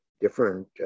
different